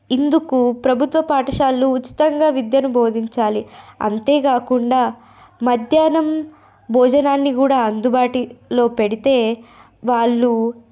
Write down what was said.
ఇందుకు ప్రభుత్వ పాఠశాలలు ఉచితంగా విద్యనూ బోధించాలి అంతేకాకుండా మద్యాహ్నం భోజనం కూడా అందుబాటులో పెడితే వాళ్ళు